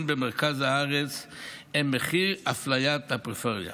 במרכז הארץ הם מחיר אפליית הפריפריה.